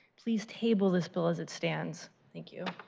please table this bill as it stands. thank you.